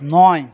নয়